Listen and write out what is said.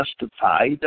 justified